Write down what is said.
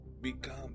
become